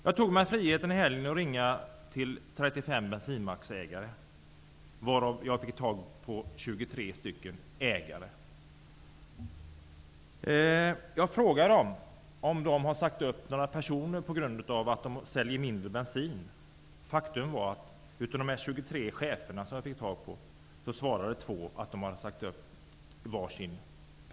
Jag tog mig friheten i helgen att ringa till 35 bensinmacksägare, av vilka jag fick tag på 23. Jag frågade dem om de hade sagt upp några personer på grund av att de säljer mindre bensin. Faktum var att två av dessa 23 chefer svarade att de hade sagt upp en var.